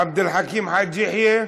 עבד אל חכים חאג' יחיא,